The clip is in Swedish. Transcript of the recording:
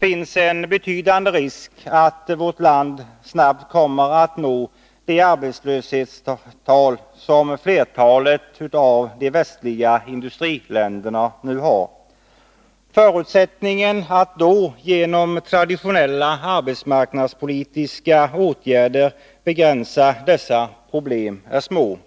finns en betydande risk att vårt land snabbt kommer att nå de arbetslöshetstal som flertalet av de västliga industriländerna nu har. Förutsättningarna att då genom traditionella arbetsmarknadspolitiska åtgärder begränsa problemen är små.